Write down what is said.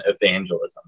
evangelism